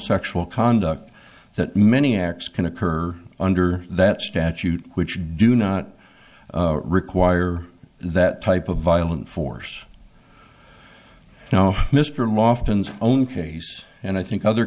sexual conduct that many acts can occur under that statute which do not require that type of violent force now mr loft own case and i think other